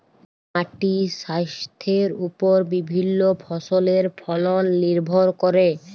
মাটির স্বাইস্থ্যের উপর বিভিল্য ফসলের ফলল লির্ভর ক্যরে